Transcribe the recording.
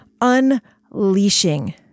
unleashing